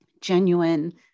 genuine